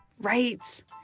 right